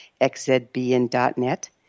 xzbn.net